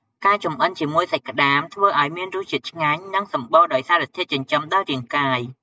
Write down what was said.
ការចម្អិនជាមួយសាច់ក្តាមធ្វើឱ្យមានរសជាតិឆ្ងាញ់ និងសម្បូរដោយសារធាតុចិញ្ចឹមដល់រាងកាយ។